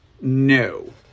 No